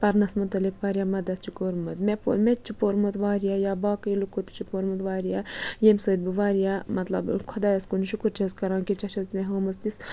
پَرنَس متعلق واریاہ مَدَد چھِ کوٚرمُت مےٚ مےٚ تہِ چھِ پوٚرمُت واریاہ باقٕے لُکو تہِ چھِ پوٚرمُت واریاہ ییٚمہِ سۭتۍ بہٕ واریاہ مطلب خۄدایَس کُن شُکُر چھَس کَران کہِ ژےٚ چھَتھ مےٚ ہٲومٕژ تِژھ